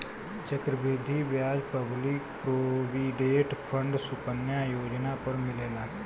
चक्र वृद्धि ब्याज public provident fund Sukanya Yojana पर मिलेला